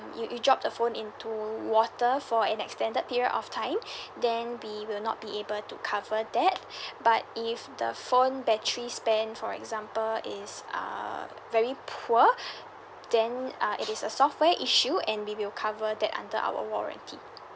you you dropped the phone into water for an extended period of time then we will not be able to cover that but if the phone battery span for example is uh very poor then uh it is a software issue and we will cover that under our warranty